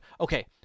Okay